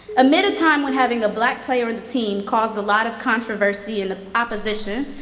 amid a time when having a black player on the team caused a lot of controversy in the opposition,